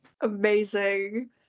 Amazing